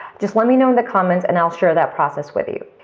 just let me know in the comments, and i'll share that process with you.